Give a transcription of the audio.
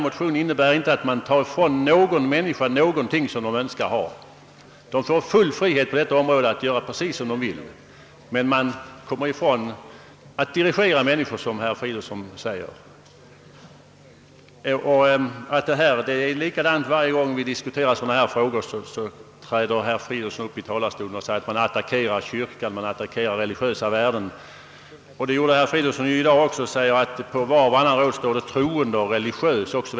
Motionen innebär inte att man skulle ta från människor någonting som de önskar ha. De får full frihet att göra precis som de vill på detta område. Man undviker just att dirigera människorna, som herr Fridolfsson uttrycker sig. Varje gång vi diskuterar sådana saker som denna träder herr Fridolfsson upp i talarstolen och påstår att man attackerar kyrkan och religiösa värden. Det gör han i dag också och framhåller att det på var och varannan rad i motionen står »troende», »religiös» O0. sS.